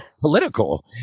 political